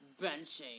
Benching